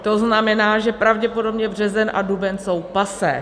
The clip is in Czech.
To znamená, že pravděpodobně březen a duben jsou passé.